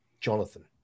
jonathan